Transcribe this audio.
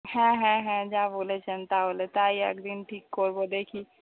হ্যাঁ হ্যাঁ হ্যাঁ যা বলেছেন তাহলে তাই একদিন ঠিক করবো দেখি